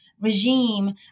regime